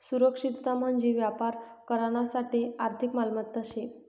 सुरक्षितता म्हंजी व्यापार करानासाठे आर्थिक मालमत्ता शे